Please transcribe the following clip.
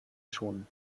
schonen